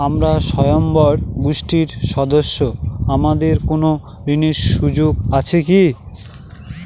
আমরা স্বয়ম্ভর গোষ্ঠীর সদস্য আমাদের কোন ঋণের সুযোগ আছে কি?